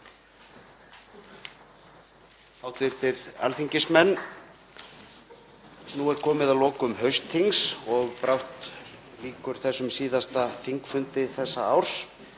Hv. alþingismenn. Nú er komið að lokum haustþings og brátt lýkur þessum síðasta þingfundi þessa árs